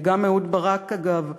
גם אהוד ברק, אגב,